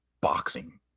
boxing